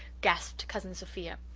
gasped cousin sophia.